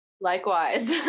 Likewise